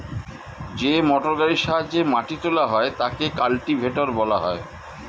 যে মোটরগাড়ির সাহায্যে মাটি তোলা হয় তাকে কাল্টিভেটর বলা হয়